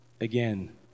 Again